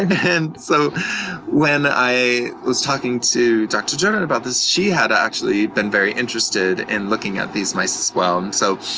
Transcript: when so when i was talking to dr. jordan about this, she had actually been very interested in looking at these mice as well. so,